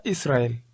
Israel